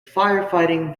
firefighting